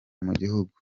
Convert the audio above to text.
mugihugu